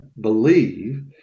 believe